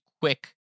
quick